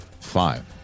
Five